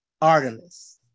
Artemis